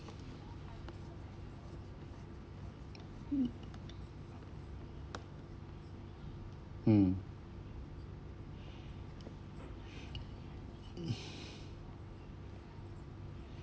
mm